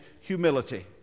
humility